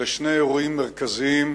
אלה שני אירועים מרכזיים.